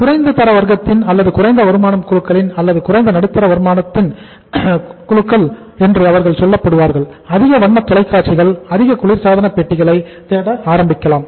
குறைந்த தர வர்க்கத்தின் அல்லது குறைந்த வருமானம் குழுக்களில் அல்லது குறைந்த நடுத்தர வருமானம் குழுக்களில் சொல்லப்படுபவர்கள் அதிக வண்ணத் தொலைக் காட்சிகள் அதிக குளிர் சாதன பெட்டிகளை தேட ஆரம்பிக்கலாம்